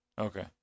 Okay